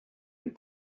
and